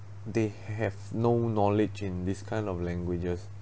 they have no knowledge in this kind of languages